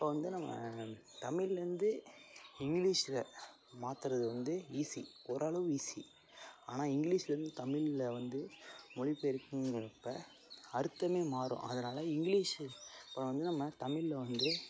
இப்போ வந்து நம்ம தமிழ்லருந்து இங்கிலீஷில் மாற்றுறது வந்து ஈஸி ஓரளவு ஈஸி ஆனால் இங்கிலீஷ்லருந்து தமிழில் வந்து மொழி பெயர்ப்புங்கிறப்ப அர்த்தமே மாறும் அதனால இங்கிலீஷு இப்போ வந்து நம்ம தமிழில் வந்து